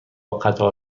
قطار